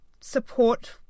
support